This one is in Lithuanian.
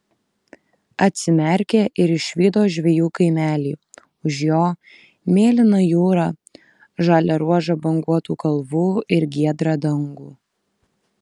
atsimerkė ir išvydo žvejų kaimelį už jo mėlyną jūrą žalią ruožą banguotų kalvų ir giedrą dangų